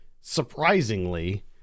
surprisingly